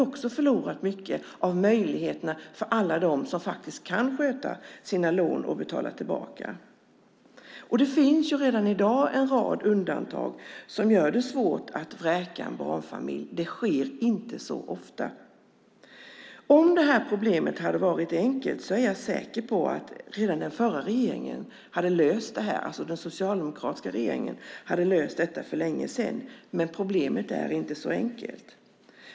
Då har mycket av möjligheterna förlorats för alla dem som kan sköta sina lån och betala tillbaka. Det finns redan i dag en rad undantag som gör det svårt att vräka en barnfamilj. Det sker inte så ofta. Om det här problemet hade varit enkelt är jag säker på att redan den förra regeringen, alltså den socialdemokratiska regeringen, hade löst det för länge sedan, men problemet är inte så enkelt.